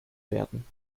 werden